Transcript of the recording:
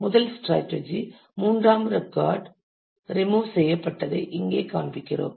முதல் ஸ்ராட்டஜி மூன்றாம் record remove செய்யப்பட்டதை இங்கே காண்பிக்கிறோம்